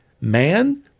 man